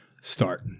start